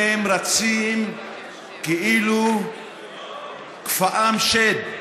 הם רצים כאילו כפאם שד,